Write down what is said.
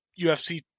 UFC